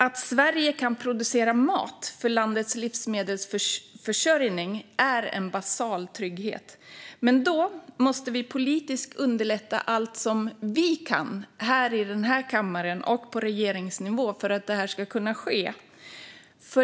Att Sverige kan producera mat för landets livsmedelsförsörjning är en basal trygghet, men vi måste politiskt underlätta allt som vi kan underlätta i denna kammare och på regeringsnivå för att detta ska kunna ske.